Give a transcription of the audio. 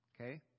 Okay